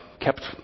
kept